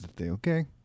Okay